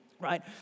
Right